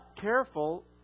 careful